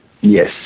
Yes